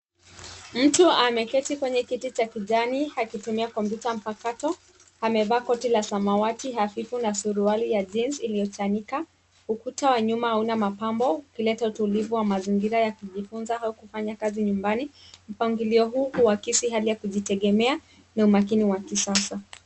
Mtu ameketi kwenye kiti cha kijani akitumia kompyuta mpakato. Amevaa koti la samawati hafifu na suruali ya jeans iliyochanika. Ukuta wa nyuma hauna mapambo ukileta utulivu wa mazingira ya kujifunza au kufanya kazi nyumbani. Mpangilio huu huakisi hali ya kujitegemea na umakini wa kisasa.